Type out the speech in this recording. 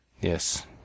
Yes